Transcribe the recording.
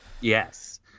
Yes